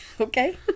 Okay